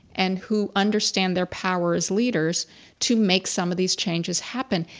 and who understand their power as leaders to make some of these changes happen.